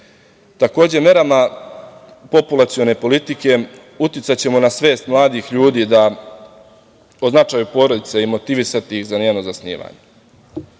težiti. Takođe, merama populacione politike uticaćemo na svest mladih ljudi o značaju porodice i motivisati ih za njeno zasnivanje. Poštovane